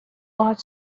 باهات